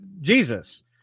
Jesus